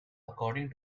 according